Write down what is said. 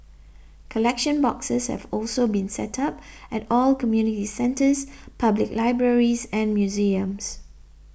collection boxes have also been set up at all community centres public libraries and museums